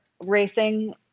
racing